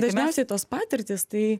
dažniausiai tos patirtys tai